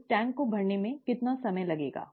इस टैंक को भरने में कितना समय लगेगा